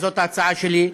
זאת ההצעה שלי,